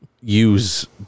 use